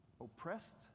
oppressed